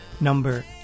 number